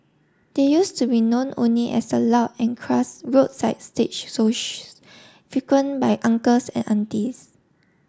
they used to be known only as the loud and crass roadside stage shows frequent by uncles and aunties